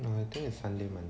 no I think it's sunday monday